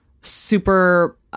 super